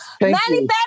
Manny